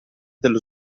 dello